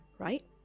Right